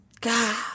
God